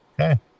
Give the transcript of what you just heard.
Okay